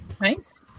Nice